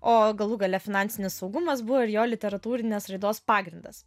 o galų gale finansinis saugumas buvo ir jo literatūrinės raidos pagrindas